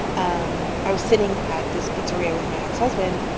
um i was sitting at this pizzeria with my ex-husband.